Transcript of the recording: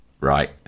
right